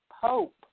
Pope